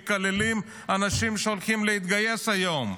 מקללים אנשים שהולכים להתגייס היום,